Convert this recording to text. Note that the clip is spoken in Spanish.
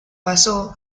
pasó